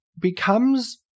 becomes